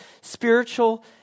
spiritual